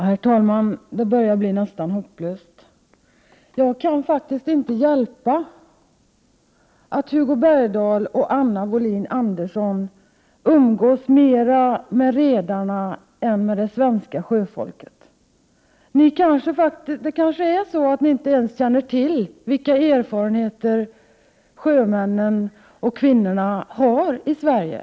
Herr talman! Det börjar nästan bli hopplöst. Jag kan faktiskt inte hjälpa att Hugo Bergdahl och Anna Wohlin-Andersson umgås mer med redarna än med det svenska sjöfolket. Det kanske är så att ni inte ens känner till vilka erfarenheter sjömännen och kvinnorna har i Sverige.